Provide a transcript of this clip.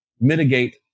mitigate